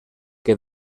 que